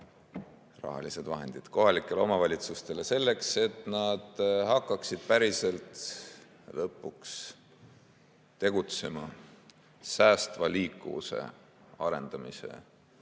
rahalised vahendid kohalikele omavalitsustele selleks, et nad hakkaksid päriselt lõpuks tegutsema säästva liikuvuse arendamise